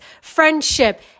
friendship